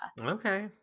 Okay